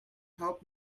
help